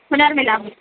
पुनर्मिलामि